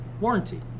warranty